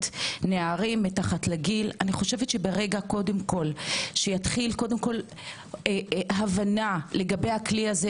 נערים מתחת לגיל ברגע שיתחיל הבנה לגבי הכלי הזה,